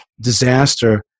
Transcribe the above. disaster